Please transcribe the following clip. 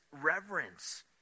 reverence